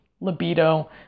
libido